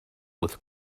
with